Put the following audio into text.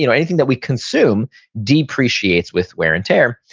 you know anything that we consume depreciates with wear and tear.